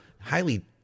highly